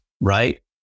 right